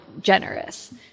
generous